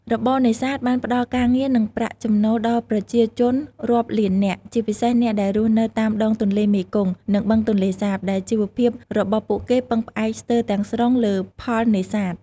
របរនេសាទបានផ្ដល់ការងារ និងប្រាក់ចំណូលដល់ប្រជាជនរាប់លាននាក់ ជាពិសេសអ្នកដែលរស់នៅតាមដងទន្លេមេគង្គ និងបឹងទន្លេសាប ដែលជីវភាពរបស់ពួកគេពឹងផ្អែកស្ទើរទាំងស្រុងលើផលនេសាទ។